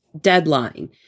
deadline